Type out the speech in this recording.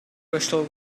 crystal